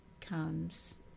comes